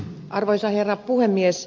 arvoisa herra puhemies